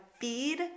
feed